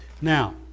Now